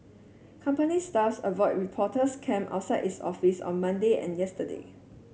company staffs avoided reporters camped outside its office on Monday and yesterday